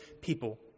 people